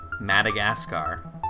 Madagascar